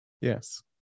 Yes